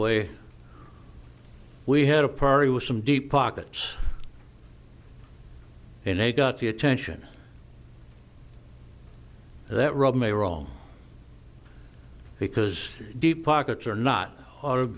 way we had a party with some deep pockets and they got the attention that rubbed me wrong because deep pockets are not